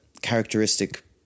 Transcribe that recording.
characteristic